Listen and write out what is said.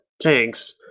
tanks